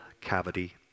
cavity